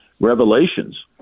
revelations